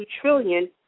trillion